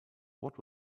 what